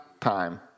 time